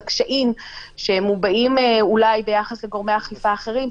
הקשיים שמובעים אולי ביחס לגורמי אכיפה אחרים,